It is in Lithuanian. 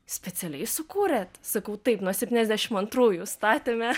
specialiai sukūrėt sakau taip nuo septyniasdešim antrųjų statėme